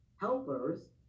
helpers